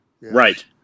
Right